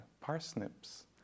parsnips